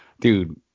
dude